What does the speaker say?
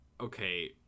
Okay